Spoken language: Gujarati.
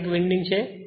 આ એક વિન્ડિંગ છે